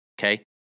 okay